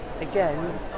again